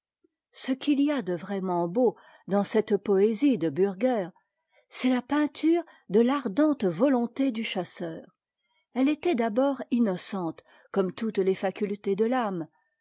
ce qu'il y a de vraiment beau dans cette poésie de bürger c'est la peinture de l'ardente volonté du chasseur ette était d'abord innocente comme toutes les facultés de l'âme